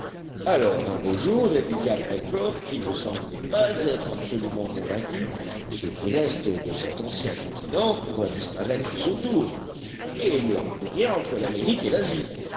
alors un beau jour répliqua pencroff qui ne semblait pas être absolument convaincu ce qui reste de cet ancien continent pourra disparaître à son tour et il n'y aura plus rien entre l'amérique et l'asie